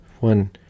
one